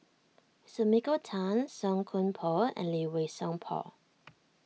Sumiko Tan Song Koon Poh and Lee Wei Song Paul